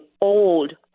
old